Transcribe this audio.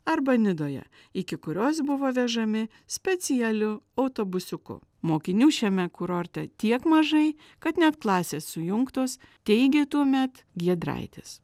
arba nidoje iki kurios buvo vežami specialiu autobusiuku mokinių šiame kurorte tiek mažai kad net klasės sujungtos teigė tuomet giedraitis